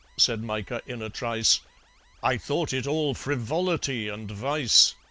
said micah, in a trice i thought it all frivolity and vice.